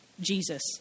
Jesus